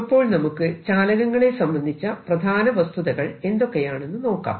അപ്പോൾ നമുക്ക് ചാലകങ്ങളെ സംബന്ധിച്ച പ്രധാന വസ്തുതകൾ എന്തൊക്കെയാണെന്ന് നോക്കാം